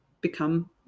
become